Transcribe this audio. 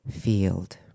field